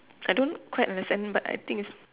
I don't quite understand but I think